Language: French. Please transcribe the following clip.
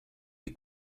est